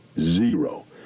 Zero